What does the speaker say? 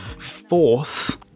Fourth